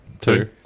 Two